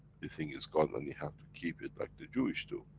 you think is gone and you have to keep it, like the jewish do.